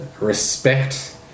respect